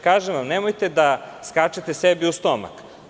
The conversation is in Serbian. Kažem vam, nemojte sebi da skačete u stomak.